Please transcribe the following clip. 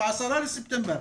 ב-10 בספטמבר,